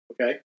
okay